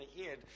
ahead